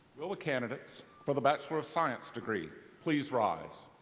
will the candidates for the bachelor of science degree please rise?